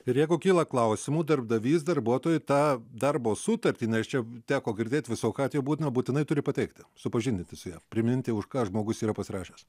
ir jeigu kyla klausimų darbdavys darbuotojui tą darbo sutartį nes čia teko girdėt visokių atvejų būtina būtinai turi pateikti supažindinti su ja priminti už ką žmogus yra pasirašęs